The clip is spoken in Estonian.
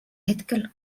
hetkel